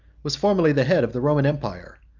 was formerly the head of the roman empire,